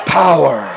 power